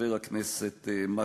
וחבר הכנסת מקלב,